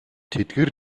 тэдгээр